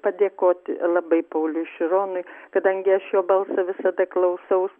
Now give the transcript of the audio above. padėkoti labai pauliui šironui kadangi aš jo balsą visada klausau